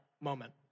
moment